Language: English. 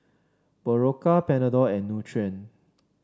Berocca Panadol and Nutren